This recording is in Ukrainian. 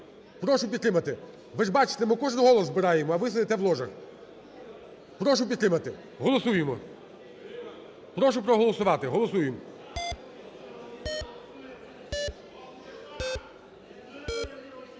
Прошу підтримати. Ви ж бачите, ми кожний голос збираємо, а ви сидите в ложах. Прошу підтримати. Голосуємо. Прошу проголосувати. Голосуємо.